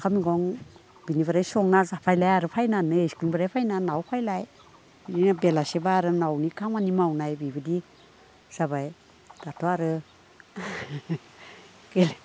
ओंखाम सं बिनिफाय संनानै जाफैनानै न'आव फैलाय बेलासिब्ला आरो न'आवनि खामानि मावनाय बिबादि जाबाय दाथ' आरो